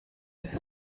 der